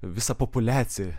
visą populiaciją